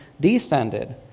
descended